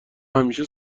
همیشه